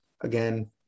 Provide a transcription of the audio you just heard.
again